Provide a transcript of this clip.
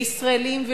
לישראלים,